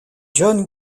john